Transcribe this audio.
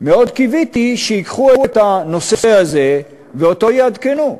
מאוד קיוויתי שייקחו את הנושא הזה ואותו יעדכנו.